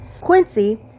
quincy